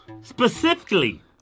specifically